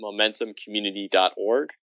momentumcommunity.org